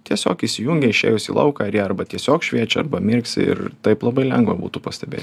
tiesiog įsijungia išėjus į lauką ir jie arba tiesiog šviečia arba mirksi ir taip labai lengva būtų pastebėt